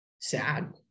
sad